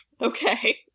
Okay